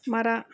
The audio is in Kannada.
ಮರ